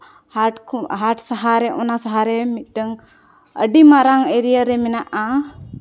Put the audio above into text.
ᱦᱟᱴ ᱠᱚ ᱦᱟᱴ ᱥᱟᱦᱟᱨᱮ ᱚᱱᱟ ᱥᱟᱦᱟᱨᱮ ᱢᱤᱫᱴᱟᱹᱝ ᱟᱹᱰᱤ ᱢᱟᱨᱟᱝ ᱮᱨᱤᱭᱟ ᱨᱮ ᱢᱮᱱᱟᱜᱼᱟ